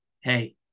Hey